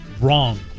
wrong